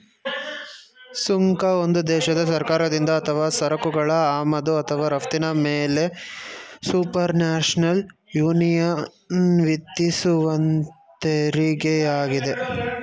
ಸುಂಕ ಒಂದು ದೇಶದ ಸರ್ಕಾರದಿಂದ ಅಥವಾ ಸರಕುಗಳ ಆಮದು ಅಥವಾ ರಫ್ತಿನ ಮೇಲೆಸುಪರ್ನ್ಯಾಷನಲ್ ಯೂನಿಯನ್ವಿಧಿಸುವತೆರಿಗೆಯಾಗಿದೆ